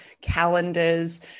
calendars